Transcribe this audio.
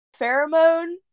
pheromone